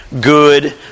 good